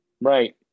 Right